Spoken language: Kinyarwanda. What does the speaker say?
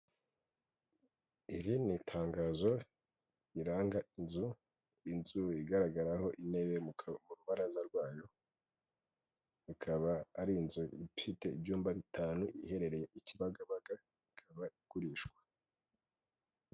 Iri ni itangazo riranga inzu, inzu igaragaraho intebe ku rubaraza rwayo. Ikaba ari inzu ifite ibyumba bitanu iherereye i Kibagabaga ikaba igurishwa.